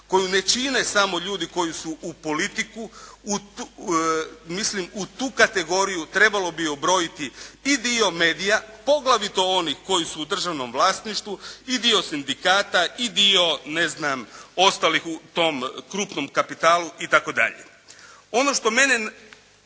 koju ne čine samo ljudi koji su u politiku, mislim u tu kategoriju trebalo bi ubrojiti i dio medija poglavito onih koji su u državnom vlasništvu i dio sindikata i dio ne znam ostalih u tom krupnom kapitalu itd. Ono što mene